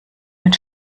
mit